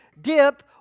dip